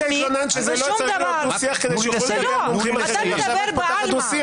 אתה מדבר בעלמא.